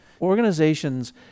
Organizations